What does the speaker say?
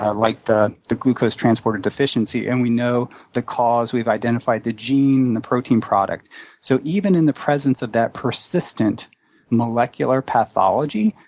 ah like the the glucose transporter deficiency and we know the cause we've identified the gene and the protein product so even in the presence of that persistent molecular pathology,